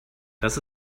das